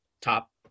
top